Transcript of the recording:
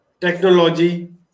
technology